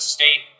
State